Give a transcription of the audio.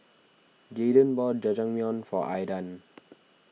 Jaydan bought Jajangmyeon for Aydan